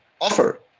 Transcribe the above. offer